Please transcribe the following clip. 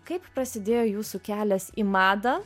kaip prasidėjo jūsų kelias į madą